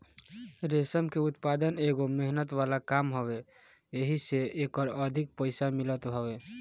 रेशम के उत्पदान एगो मेहनत वाला काम हवे एही से एकर अधिक पईसा मिलत हवे